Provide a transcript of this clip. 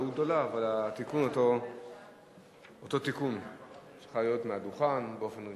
אני מתכבד להציג בפניכם הצעה לתיקון טעות בחוק הרשות